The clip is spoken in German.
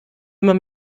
immer